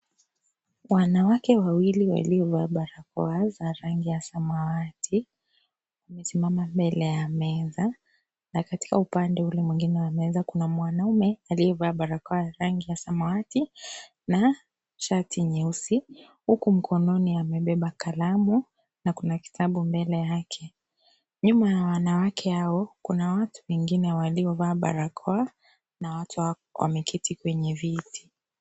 Wanawake wawili walio vaa barakoa za rangi ya samawati, wamesimama mbele ya meza, na katika upande ule mwingine kuna mwanaume aliye vaa barakoa ya rangi ya samawati, na, shati nyeusi huku mkononi amebeba kalamu, na kuna kitabu mbele yake, nyuma ya wanawake hao kuna watu wengine wamevaa barakoa, na watu wengine wameketi kwenye viti.